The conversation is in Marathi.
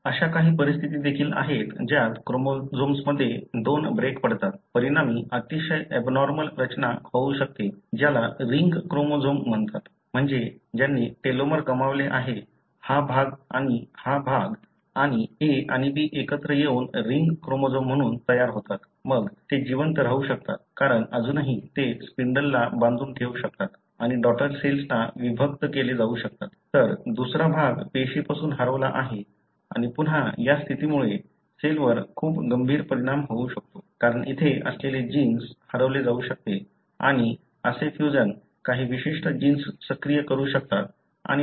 अशा काही परिस्थिती देखील आहेत ज्यात क्रोमोझोम्समध्ये दोन ब्रेक पडतात परिणामी अतिशय एबनॉर्मल रचना होऊ शकते ज्याला रिंग क्रोमोझोम म्हणतात म्हणजे त्यांनी टेलोमेर गमावले आहे हा भाग आणि हा भाग आणि A आणि B एकत्र येऊन रिंग क्रोमोझोम म्हणून तयार होतात मग ते जिवंत राहू शकतात कारण अजूनही ते स्पिंडलला बांधून ठेवू शकतात आणि डॉटर सेल्सना विभक्त केले जाऊ शकतात तर दुसरा भाग पेशीपासून हरवला आहे आणि पुन्हा या स्थितीमुळे सेलवर खूप गंभीर परिणाम होऊ शकतो कारण इथे असलेले जिन्स हरवले जाऊ शकते आणि असे फ्युजन काही विशिष्ट जिन्स सक्रिय करू शकतात आणि तत्सम